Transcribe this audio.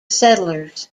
settlers